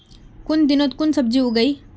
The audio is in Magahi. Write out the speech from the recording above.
कुन दिनोत कुन सब्जी उगेई?